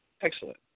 Excellent